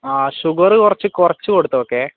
ആ ഷുഗർ കുറച്ച് കുറച്ച് കൊടുത്തു നോക്കേ